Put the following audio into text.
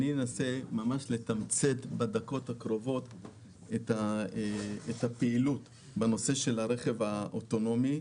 אני אנסה לתמצת ממש בדקות הקרובות את הפעילות בנושא של הרכב האוטונומי.